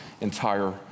entire